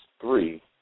three